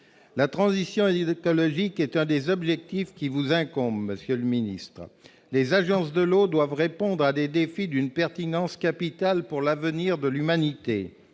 la transition ils écologique est un des objectifs qui vous incombe, Monsieur le Ministre, les agences de l'eau doivent répondre à des défis d'une pertinence capital pour l'avenir de l'humanité